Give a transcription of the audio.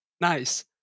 Nice